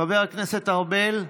חבר הכנסת ארבל,